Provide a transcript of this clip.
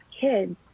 kids